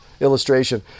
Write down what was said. illustration